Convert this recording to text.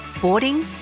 boarding